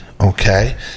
okay